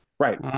Right